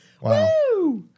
wow